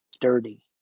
dirty